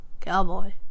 Cowboy